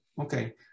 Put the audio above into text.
Okay